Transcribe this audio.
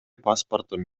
паспортун